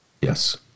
Yes